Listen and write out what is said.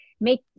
make